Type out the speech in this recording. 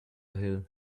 hill